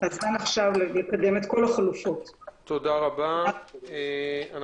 היה לי הכבוד לייצג את פרופסור נהון בבית